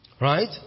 Right